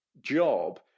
job